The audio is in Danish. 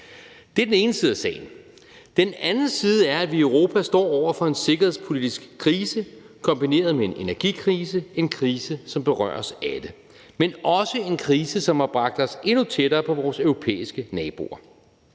Det er den ene side af sagen. Den anden side er, at vi i Europa står over for en sikkerhedspolitisk krise kombineret med en energikrise – en krise, som berører os alle, men også en krise, som har bragt os endnu tættere på vores europæiske naboer.